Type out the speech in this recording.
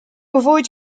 avoid